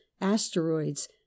asteroids